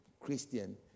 Christian